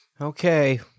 Okay